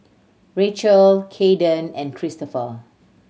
Rachael Cayden and Cristopher